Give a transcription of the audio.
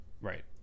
Right